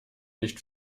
nicht